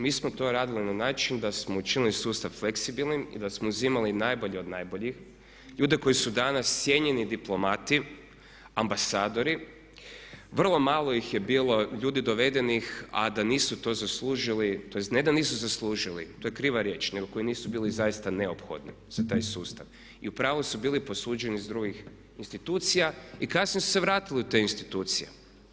Mi smo to radili na način da smo učinili sustav fleksibilnim i da smo uzimali najbolje od najboljih, ljude koji su danas cjenjeni diplomati, ambasadori, vrlo malo ih je bilo, ljudi dovedenih a da nisu to zaslužili, tj. ne da nisu zaslužili to je kriva riječ, nego koji nisu bili zaista neophodni za taj sustav i u pravu su bili posuđeni iz drugih institucija i kasnije su se vratili u te institucije.